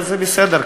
אז בסדר,